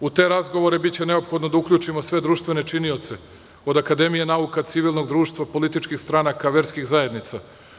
U te razgovore biće neophodno da uključimo sve društvene činioce, od Akademije nauka, civilnog društva, političkih stranaka, verskih zajednica.